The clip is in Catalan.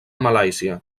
malàisia